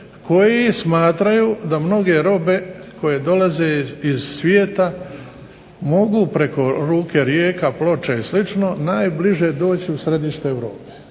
koji smatraju da mnoge robe koje dolaze iz svijeta mogu preko luka Ploče i Rijeka i slično najbliže doći u središte Europe,